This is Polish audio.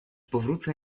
powrócę